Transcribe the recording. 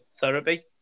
therapy